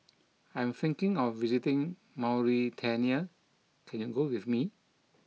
I am thinking of visiting Mauritania can you go with me